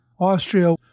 Austria